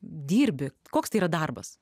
dirbi koks tai yra darbas